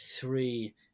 three